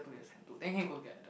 two that sem then can go together